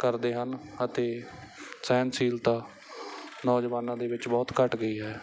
ਕਰਦੇ ਹਨ ਅਤੇ ਸਹਿਣਸ਼ੀਲਤਾ ਨੌਜਵਾਨਾਂ ਦੇ ਵਿੱਚ ਬਹੁਤ ਘੱਟ ਗਈ ਹੈ